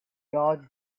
piece